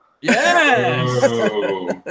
Yes